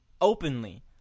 openly